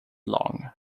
long